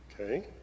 okay